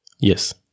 Yes